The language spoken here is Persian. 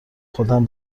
خودم